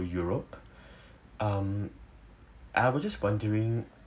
europe um I was just wondering